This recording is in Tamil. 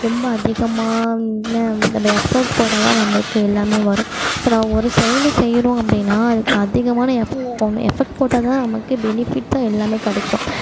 ரொம்ப அதிகமா என்ன நம்ம எஃபெக்ட்ஸ் போட்டா தான் நம்மளுக்கு எல்லாம் வரும் இப்போ நான் ஒரு செயல் செய்கிறோம் அப்படின்னா அதுக்கு அதிகமான எஃபெக்ட் போடணும் எஃபெக்ட் போட்டால் தான் நமக்கு பெனிஃபிட்ஸாக எல்லாம் கிடைக்கும்